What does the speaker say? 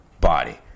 body